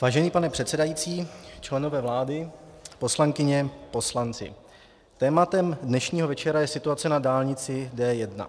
Vážený pane předsedající, členové vlády, poslankyně, poslanci, tématem dnešního večera je situace na dálnici D1.